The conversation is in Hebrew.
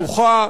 פתוחה,